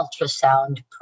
ultrasound